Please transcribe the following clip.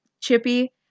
chippy